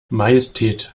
majestät